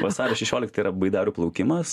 vasario šešioliktąją yra baidarių plaukimas sakė